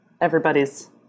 Everybody's